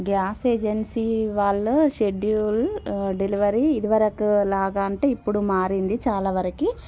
gas agency వాళ్లు schedule delivery ఇదివరకులాగ అంటే ఇప్పుడు మారింది చాలా వరకు